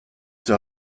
zur